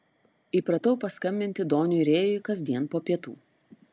įpratau paskambinti doniui rėjui kasdien po pietų